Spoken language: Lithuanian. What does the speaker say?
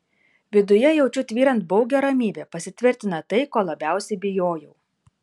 viduje jaučiu tvyrant baugią ramybę pasitvirtina tai ko labiausiai bijojau